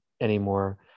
anymore